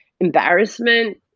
embarrassment